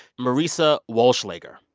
marissa walschlager,